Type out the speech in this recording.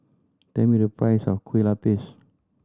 tell me the price of kue lupis